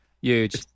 Huge